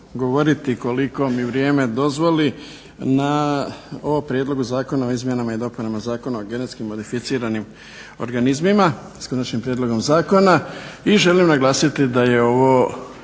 govoriti koliko mi vrijeme dozvoli na ovaj Prijedlog zakona o izmjenama i dopunama Zakona o genetski modificiranim organizmima s konačnim prijedlogom zakona i želim naglasiti da je ovo